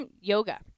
Yoga